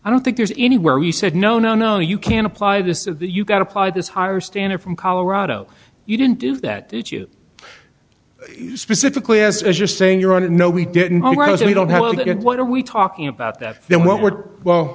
i don't think there's any where he said no no no you can't apply this is that you got apply this higher standard from colorado you didn't do that did you specifically as if you're saying you're on a no we didn't congress we don't have that and what are we talking about that then what we're well